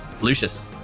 Lucius